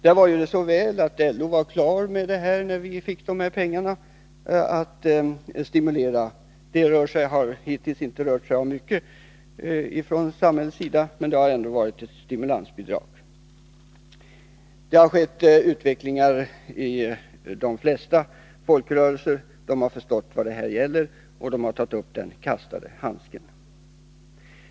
Det var ju så väl att LO var klar med detta när vi fick stimulanspengarna — det har hittills inte rört sig om så mycket från samhällets sida, men det har ändå varit ett stimulansbidrag. Det har skett en utveckling de flesta folkrörelser. Man har förstått vad det gäller och tagit upp den kastade handsken.